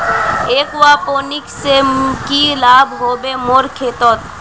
aquaponics से की लाभ ह बे मोर खेतोंत